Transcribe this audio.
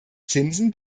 zinsen